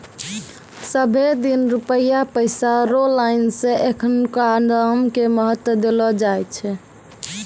सबहे दिन रुपया पैसा रो लाइन मे एखनुका दाम के महत्व देलो जाय छै